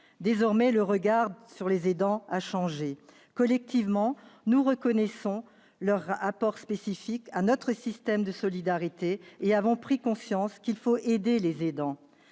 Puis le regard porté sur les aidants a changé : collectivement, nous reconnaissons désormais leur apport spécifique à notre système de solidarité et avons pris conscience qu'il faut « aider les aidants